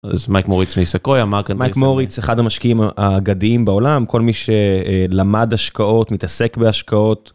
אז מייק מוריץ מסקויה אמר כאן מוריץ אחד המשקיעים האגדיים בעולם כל מי שלמד השקעות מתעסק בהשקעות.